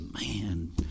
Man